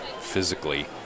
physically